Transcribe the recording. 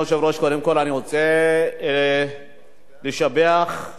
אני רוצה לשבח שבעה צעירים,